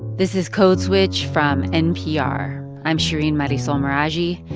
this is code switch from npr. i'm shereen marisol meraji.